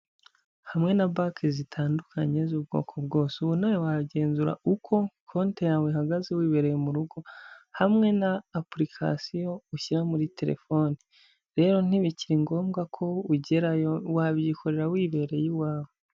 Hamwe na banki zitandukanye z'ubwoko bwose, ubu nawe wagenzura uko konti yawe ihagaze wibereye mu rugo hamwe na apurikasiyo ushyira muri telefone, rero ntibikiri ngombwa ko ugerayo wabyikorera wibereye iwawe.